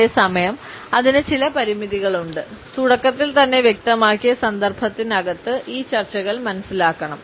അതേസമയം അതിന് ചില പരിമിതികളുണ്ട് തുടക്കത്തിൽ തന്നെ വ്യക്തമാക്കിയ സന്ദർഭത്തിനകത്ത് ഈ ചർച്ചകൾ മനസ്സിലാക്കണം